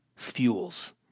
fuels